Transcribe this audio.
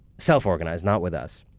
self organized, not with us,